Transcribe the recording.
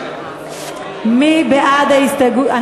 אנחנו עוברים להסתייגויות של רע"ם-תע"ל-מד"ע בעמוד